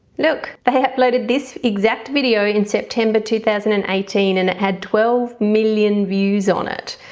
look they uploaded this exact video in september two thousand and eighteen and it had twelve million views on it,